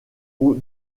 aux